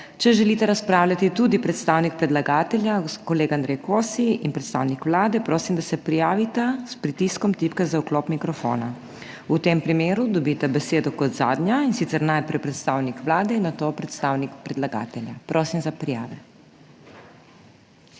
Če želita razpravljati tudi predstavnik predlagatelja, kolega Andrej Kosi in predstavnik Vlade, prosim, da se prijavita s pritiskom tipke za vklop mikrofona. V tem primeru dobita besedo kot zadnja, in sicer najprej predstavnik Vlade in nato predstavnik predlagatelja. Prosim za prijave.